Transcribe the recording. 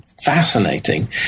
fascinating